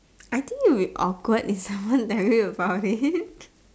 I think it'll be awkward if someone tell me about it